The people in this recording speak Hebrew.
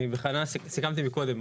אני בכוונה סיכמתי מקודם.